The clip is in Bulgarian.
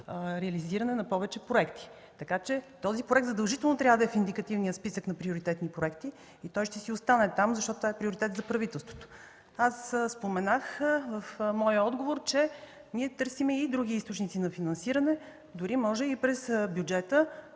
реализиране на повече проекти. Този проект задължително трябва да бъде в индикативния списък на приоритетните проекти и той ще си остане там, защото е приоритет за правителството. Споменах в моя отговор, че ние търсим и други източници на финансиране, дори може и през бюджета